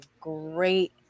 great